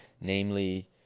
namely